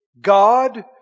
God